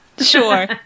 Sure